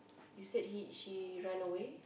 you said he she run away